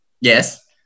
Yes